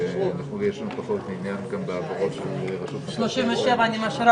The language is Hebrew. זה כמה חודשים של יכול להיות של חוסר חפיפה שעכשיו הסטטוטורי הנוכחי